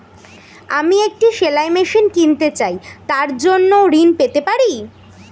আমি একটি সেলাই মেশিন কিনতে চাই তার জন্য ঋণ পেতে পারি?